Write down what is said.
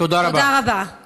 תודה רבה.